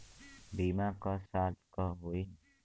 बीमा क साल क होई?